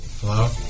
Hello